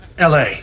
LA